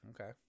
okay